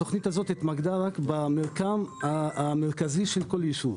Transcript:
התכנית הזו התמקדה במרקם המרכזי של כל יישוב.